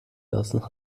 lassen